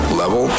level